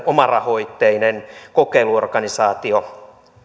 omarahoitteinen kokeiluorganisaatio